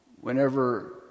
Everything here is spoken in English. Whenever